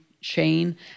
chain